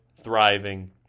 thriving